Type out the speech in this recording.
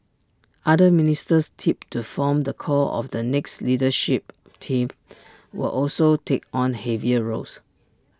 other ministers tipped to form the core of the next leadership team will also take on heavier roles